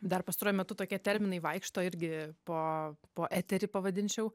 dar pastaruoju metu tokie terminai vaikšto irgi po po eterį pavadinčiau